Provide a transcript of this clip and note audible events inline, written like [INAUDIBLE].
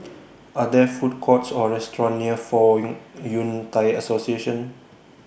Are There Food Courts Or restaurants near Fong [NOISE] Yun Thai Association